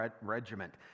regiment